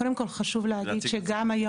קודם כל חשוב להגיד שגם היום,